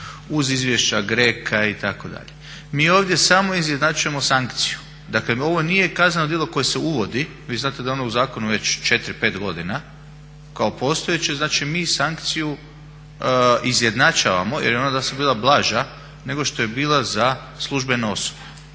uz izvješća GRECO-a itd.. Mi ovdje samo izjednačujemo sankciju. Dakle ovo nije kazneno djelo koje se uvodi. Vi znate da je ono u zakonu već 4, 5 godina kako postojeći, znači mi sankciju izjednačavamo. Jer je ona do sada bila blaža nego što je bila za službenu osobu.